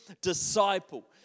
disciple